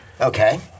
Okay